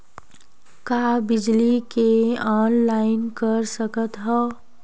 का बिजली के ऑनलाइन कर सकत हव?